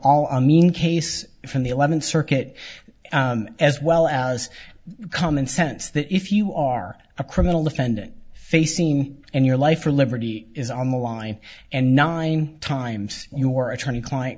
all i mean case from the eleventh circuit as well as common sense that if you are a criminal defendant facing and your life or liberty is on the line and nine times your attorney client